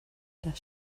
das